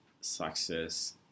success